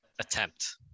attempt